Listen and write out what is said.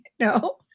No